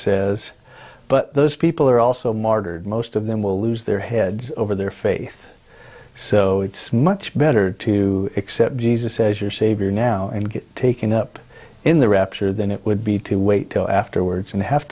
says but those people are also martyred most of them will lose their heads over their faith so it's much better to accept jesus as your savior now and get taken up in the rapture than it would be to wait till afterwards and